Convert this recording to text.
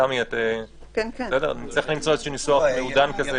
נצטרך למצוא ניסוח מעודן.